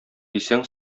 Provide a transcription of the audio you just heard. дисәң